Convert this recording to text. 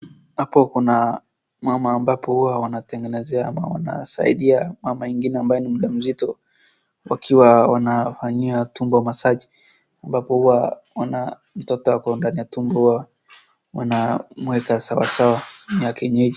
Hapo kuna mama ambapo huwa wanamgenezea ama wanasaidia mama ingine ambaye ni mjamzito wakiwa wanafanyia tumbo massage ambapo huwa wana mtoto ako ndani ya tumbo huwa wanamweka sawasawa ni ya kienyeji.